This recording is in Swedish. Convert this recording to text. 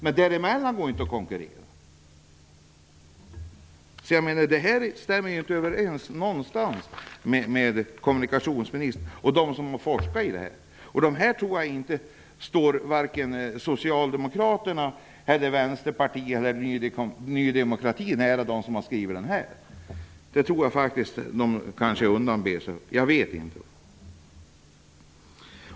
Men däremellan går det inte att konkurrera. Det stämmer inte överens med vad kommunikationsministern säger. Jag tror inte att de som har skrivit den här boken står varken Socialdemokraterna, Vänsterpartiet eller Ny demokrati nära. Jag tror att de kanske undanber sig den kopplingen. Jag vet inte.